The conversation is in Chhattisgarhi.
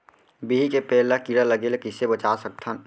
बिही के पेड़ ला कीड़ा लगे ले कइसे बचा सकथन?